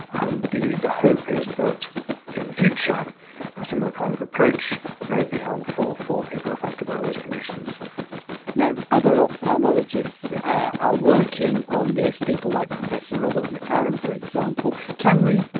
and the the hope is that in the future, a similar kind of approach made by held for for people affected by those conditions now other ophthalmologists are working on this, people like professor robert mclaren for example. can we.